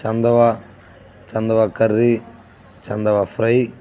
చందవ చందవ కర్రీ చందవ ఫ్రై